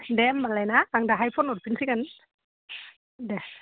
दे होनबालाय ना आं दाहाय फन हरफिनसिगोन दे